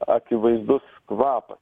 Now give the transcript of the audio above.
akivaizdus kvapas